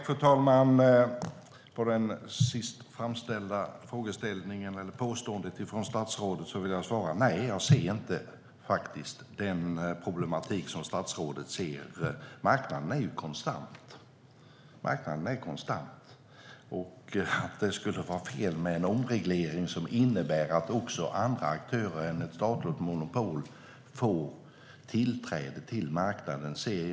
Fru talman! När det gäller det sist framställda påståendet från statsrådet vill jag säga: Nej, jag ser faktiskt inte den problematik som statsrådet ser. Marknaden är konstant. Att det skulle vara fel med en omreglering som innebär att också andra aktörer än ett statligt monopol får tillträde till marknaden ser jag inte.